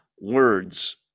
words